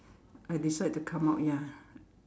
I decide to come out ya